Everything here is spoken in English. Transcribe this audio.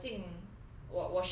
我如果我进